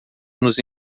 nos